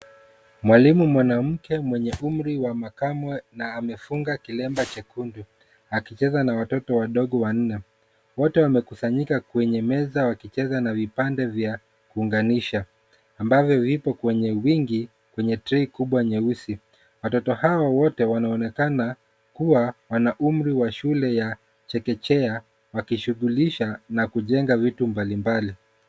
Mwalimu mwanamke mwenye umri wa makamu, na amefunga kilemba chekundu, akicheza na watoto wadogo wanne. Wote wamekusanyika kwenye meza wakicheza na vipande vya kuunganisha, ambavyo vipo kwenye wingi kwenye trei kubwa nyeusi. Watoto hao wote wanaonekana kuwa, wana umri wa shule ya chekechea, wakishughulisha, na kujenga vitu mbalimbali.